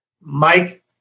Mike